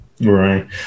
right